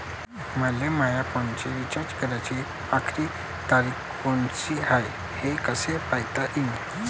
मले माया फोनचा रिचार्ज कराची आखरी तारीख कोनची हाय, हे कस पायता येईन?